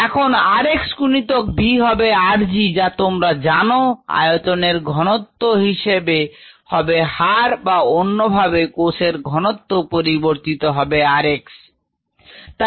এখন r x গুণিতক V হবে r gযা তোমরা জানো আয়তনের ঘনত্ব হিসেবে হবে হার বা অন্যভাবে কোষের ঘনত্ব পরিবর্তিত হবে r x